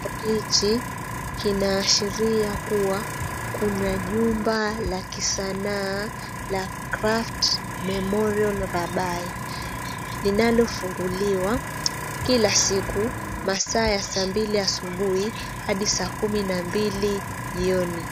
Kibao hichi kinaashiria kuwa kuna jumba la kisanaa la Krapf Memorial Rabai linalofunguliwa kila siku masaa ya saa mbili asubuhi hadi saa kumi na mbili jioni.